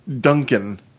Duncan